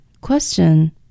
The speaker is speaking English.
Question